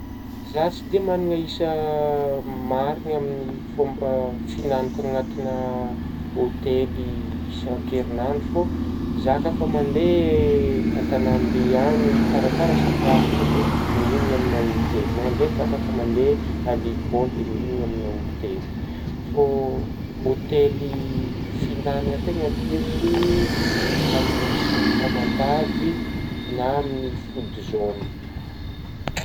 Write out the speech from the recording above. Zah tsy de managna isa marigny amin'ny fômba finagnako anatigna hôthely isan-kerindro fô, za ka fa mandehy an-tanambe agny taratara sakafo igny de mihinagna aminah hôthely, mananjaigny ka ka fa mandeha a lekôly de mihinagna aminah hôthely, fô hôthely findagna tegna tiako amin'gny sopy tamatavy na amin'ny Foodzone.